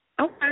Okay